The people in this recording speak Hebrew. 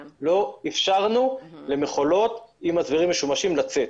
אפשרנו למכולות עם מצברים משומשים לצאת.